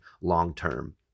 long-term